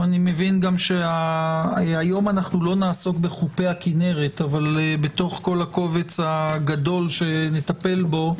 אני מבין שהיום לא נעסוק בחופי הכנרת אבל בתוך כל הקובץ הגדול שנטפל בו,